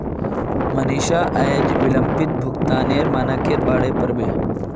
मनीषा अयेज विलंबित भुगतानेर मनाक्केर बारेत पढ़बे